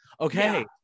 okay